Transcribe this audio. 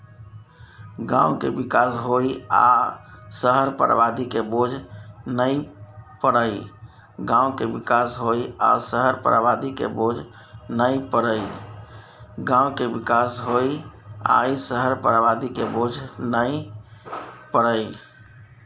गांव के विकास होइ आ शहर पर आबादी के बोझ नइ परइ